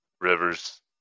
Rivers